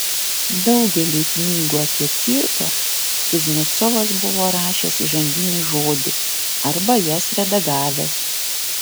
daugeliui knygų apie cirką kuznecovas buvo rašęs įžanginį žodį arba jas redagavęs